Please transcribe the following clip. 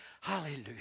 Hallelujah